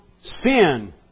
sin